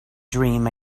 dream